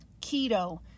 Keto